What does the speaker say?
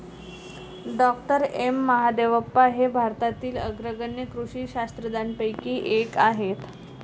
डॉ M Mahadevappa हे भारतातील अग्रगण्य कृषी शास्त्रज्ञांपैकी एक आहेत